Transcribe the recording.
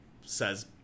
says